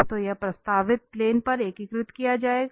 तो यह प्रस्तावित प्लेन पर एकीकृत किया जाएगा